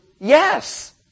Yes